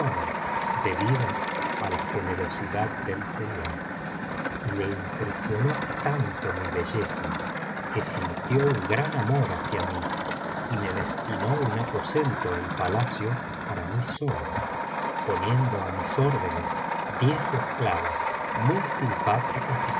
debidas á la generosidad del señor y le impresionó tanto mi belleza que sintió un gran amor hacia mí y me destinó un aposento en palacio para mí sola poniendo á mis órdenes diez esclavas muy simpáticas